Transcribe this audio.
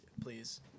please